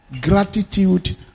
Gratitude